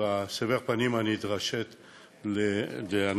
ובסבר הפנים הנדרש לאנשים,